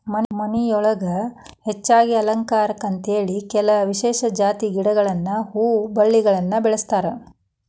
ಮನಿಯೊಳಗ ಹೆಚ್ಚಾಗಿ ಅಲಂಕಾರಕ್ಕಂತೇಳಿ ಕೆಲವ ವಿಶೇಷ ಜಾತಿ ಗಿಡಗಳನ್ನ ಹೂವಿನ ಬಳ್ಳಿಗಳನ್ನ ಬೆಳಸ್ತಾರ